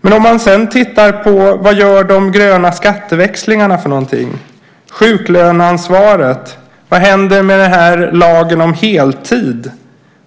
Men sedan kan man titta på vad de gröna skatteväxlingarna gör, sjuklöneansvaret och vad som händer med lagen om heltid.